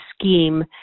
scheme